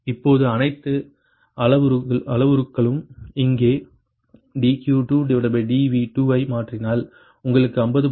இப்போது அனைத்து அளவுருக்களும் இங்கே dQ2dV2 ஐ மாற்றினால் உங்களுக்கு 50